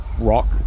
rock